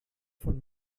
von